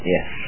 Yes